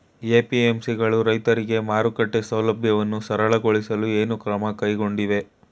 APMC ಗಳು ರೈತರಿಗೆ ಮಾರುಕಟ್ಟೆ ಸೌಲಭ್ಯವನ್ನು ಸರಳಗೊಳಿಸಲು ಏನು ಕ್ರಮ ಕೈಗೊಂಡಿವೆ?